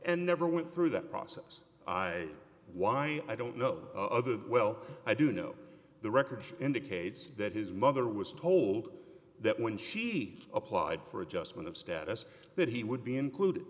and never went through that process why i don't know other than well i do know the records indicates that his mother was told that when she applied for adjustment of status that he would be included